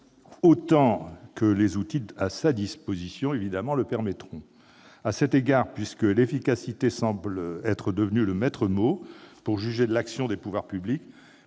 autant que les outils à sa disposition le lui permettront ... À cet égard, puisque « efficacité » semble être devenu le maître mot pour juger de l'action des pouvoirs publics,